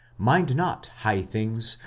mind not high things,